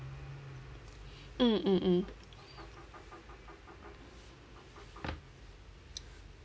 mm mm mm